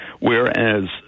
Whereas